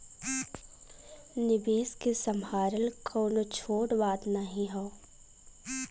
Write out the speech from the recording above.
निवेस के सम्हारल कउनो छोट बात नाही हौ